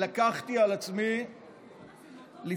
לקחתי על עצמי לפעול